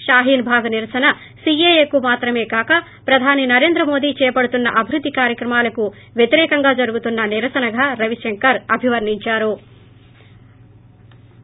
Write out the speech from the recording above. షాహీన్ భాగ్ నిరసన సిఎఎకు మాత్రమే కాక ప్రధాని నరేంద్ర మోడీ చేపడుతున్న అభివృద్ది కార్యక్రమాలకు వ్యతిరేకంగా జరుగుతున్న నిరసనగా రవిశంకర్ ప్రసాద్ అభివర్ణించారు